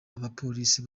abapolisi